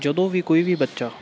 ਜਦੋਂ ਵੀ ਕੋਈ ਵੀ ਬੱਚਾ